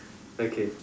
okay